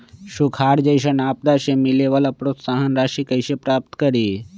सुखार जैसन आपदा से मिले वाला प्रोत्साहन राशि कईसे प्राप्त करी?